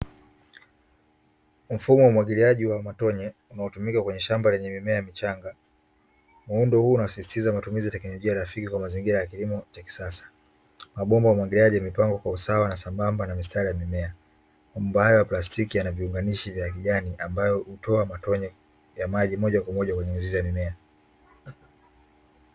Mfumo wa umwagiliaji wa matone unaotumika kwenye shamba lenye mimea michanga, muundo huu unasisitiza matumizi kwa njia rafiki kwa njia ya kilimo cha kisasa mabomba ya umwagiliaji yamepangwa kwa usawa sambamba na mistari ya mimea, mabomba hayo ya plastiki yanaviunganishi vya kijani ambayo hutoa matone moja kwa moja kwenye mizizi ya mimea